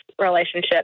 relationship